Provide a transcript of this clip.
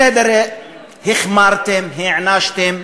בסדר, החמרתם, הענשתם,